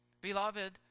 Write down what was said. Beloved